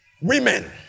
Women